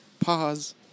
Pause